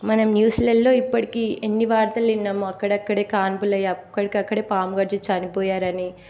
మనం న్యూస్లల్లో ఇప్పటికి ఎన్ని వార్తలు విన్నామో అక్కడక్కడ కాన్పులు అయ్యి అక్కడికక్కడే పాము కరిచి చనిపోయారని